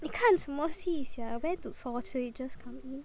你看什么戏 sia where do sausages come in